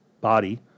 body